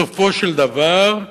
בסופו של דבר,